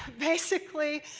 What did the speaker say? basically,